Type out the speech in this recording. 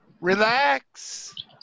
Relax